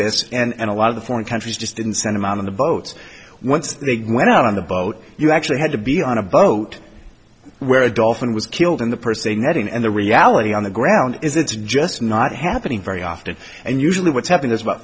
this and a lot of the foreign countries just didn't send him out on the boat once big went out on the boat you actually had to be on a boat where a dolphin was killed in the per se netting and the reality on the ground is it's just not happening very often and usually what's happening is about